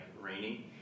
raining